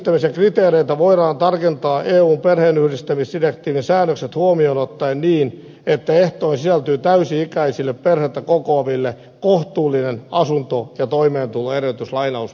perheenyhdistämisen kriteereitä voidaan tarkentaa eun perheenyhdistämisdirektiivin säännökset huomioon ottaen niin että ehtoihin sisältyy täysi ikäisille perhettä kokoaville kohtuullinen asunto ja toimeentuloedellytys